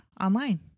online